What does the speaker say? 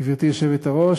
גברתי היושבת-ראש,